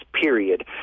period